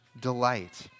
delight